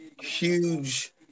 huge